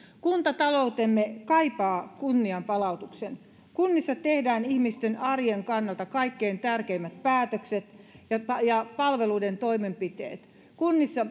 kuntataloutemme kaipaa kunnianpalautusta kunnissa tehdään ihmisten arjen kannalta kaikkein tärkeimmät päätökset ja ja palveluiden toimenpiteet kunnissa